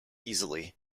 easily